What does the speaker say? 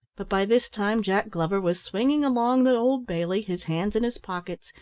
but by this time jack glover was swinging along the old bailey, his hands in his pockets,